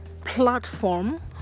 platform